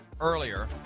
earlier